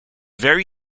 very